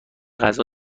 غذا